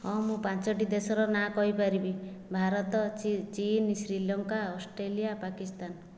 ହଁ ମୁଁ ପାଞ୍ଚଟି ଦେଶର ନାଁ କହିପାରିବି ଭାରତ ଚୀନ ଶ୍ରୀଲଙ୍କା ଅଷ୍ଟ୍ରେଲିଆ ପାକିସ୍ତାନ